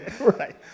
Right